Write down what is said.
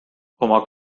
oma